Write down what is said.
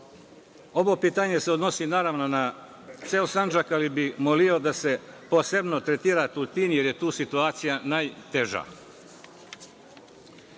Ovo pitanje se odnosi naravno na ceo Sandžak, ali bih molio da se posebno tretira Tutin, jer je tu situacija najteža. Drugo